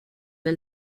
del